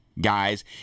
guys